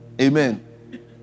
Amen